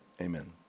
Amen